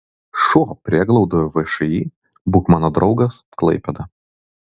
šuo prieglaudoje všį būk mano draugas klaipėda